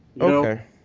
Okay